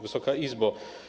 Wysoka Izbo!